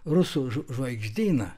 rusų žvaigždyną